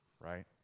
right